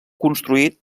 construït